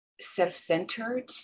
self-centered